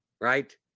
right